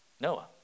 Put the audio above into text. Noah